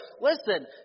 Listen